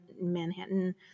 Manhattan